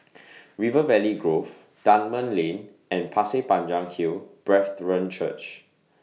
River Valley Grove Dunman Lane and Pasir Panjang Hill Brethren Church